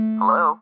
Hello